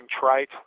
trite